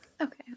Okay